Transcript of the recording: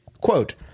quote